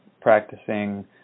practicing